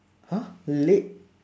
!huh! late